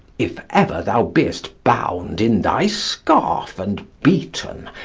if ever thou be'st bound in thy scarf and beaten,